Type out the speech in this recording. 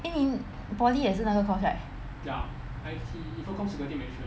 eh 你 poly 也是那个 course right